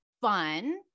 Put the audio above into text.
fun